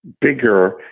bigger